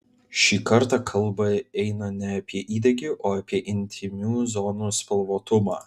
šį kartą kalba eina ne apie įdegį o apie intymių zonų spalvotumą